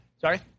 Sorry